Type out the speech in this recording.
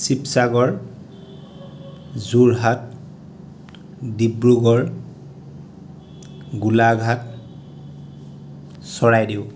Sivasagar Jorhat Dibrugarh Golaghat Charaideo